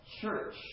church